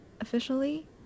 officially